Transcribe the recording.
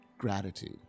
gratitude